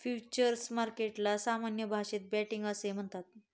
futures मार्केटला सामान्य भाषेत बेटिंग असेही म्हणतात